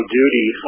duty